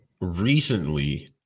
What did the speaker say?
recently